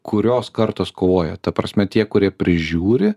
kurios kartos kovoja ta prasme tie kurie prižiūri